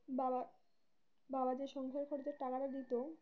বাবা বাবা যে সংসার খরচের টাকা টা দিত